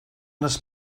les